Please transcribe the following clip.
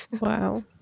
Wow